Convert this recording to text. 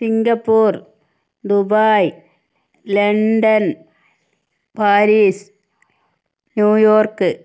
Singapore Dubai London Paris New York